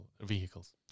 vehicles